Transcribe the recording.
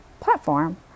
platform